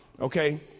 Okay